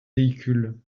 véhicules